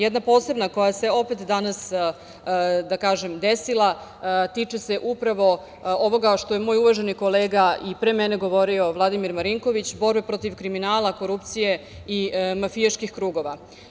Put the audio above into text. Jedna posebna koja se opet danas desila, tiče se upravo ovoga, što je moj uvaženi kolega, i pre mene govorio Vladimir Marinković, borba protiv kriminala, korupcije i mafijaških krugova.